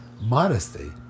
Modesty